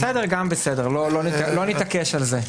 בסדר, לא נתעקש על זה.